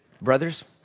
brothers